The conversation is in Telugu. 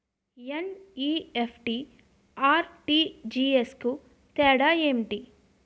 ఎన్.ఈ.ఎఫ్.టి, ఆర్.టి.జి.ఎస్ కు తేడా ఏంటి?